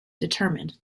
determined